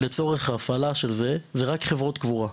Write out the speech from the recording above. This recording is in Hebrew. לצורך ההפעלה של זה, אלה רק חברות קבורה.